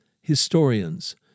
historians